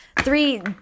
three